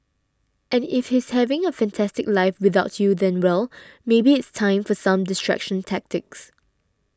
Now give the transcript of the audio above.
and if he's having a fantastic life without you then well maybe it's time for some distraction tactics